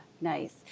nice